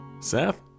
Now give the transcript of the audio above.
Seth